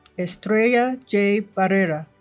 estrella j. barrera